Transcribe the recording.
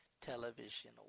television